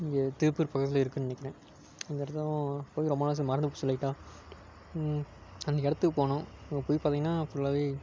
இங்கே திருப்பூர் பக்கத்தில் இருக்குதுன்னு நினைக்கிறேன் அங்கே இருந்தும் போய் ரொம்ப நாள் ஆச்சு மறந்து போச்சு லைட்டாக அன்றைக்கு இடத்துக்கு போனோம் அங்கே போய் பார்த்தீங்கன்னா ஃபுல்லாகவே